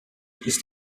ist